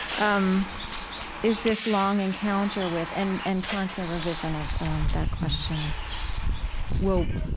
um is this long encounter with and and constant revision of that question well,